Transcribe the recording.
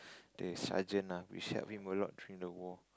the sergeant ah which helped him a lot during the war